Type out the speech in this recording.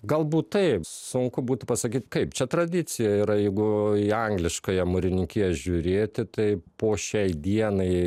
galbūt taip sunku būtų pasakyt kaip čia tradicija yra jeigu į angliškąją mūrininkiją žiūrėti tai po šiai dienai